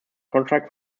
contract